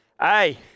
Hey